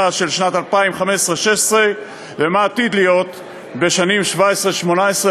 של 2015 2016 ומה עתיד להיות בשנים ב-2018-2017,